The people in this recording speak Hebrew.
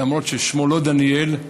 למרות ששמו לא דניאל,